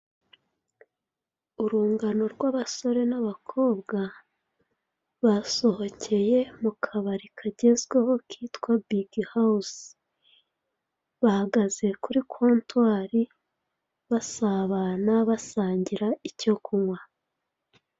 Urungano rw'abasore n'abakobwa basohokeye mukabari kagezweho kitwa bigi hawuzi, bahagaze kuri kontwari basabana basangira icyo kunkwa.